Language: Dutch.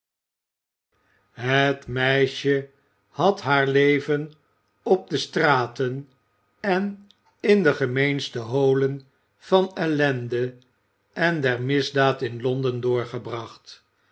het meisje had haar leven op de straten en in de gemeenste holen der ellende en der misdaad in londen doorgebracht